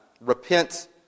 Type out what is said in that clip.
Repent